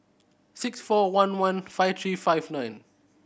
six four one one five three five nine